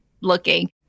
looking